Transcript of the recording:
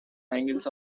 angles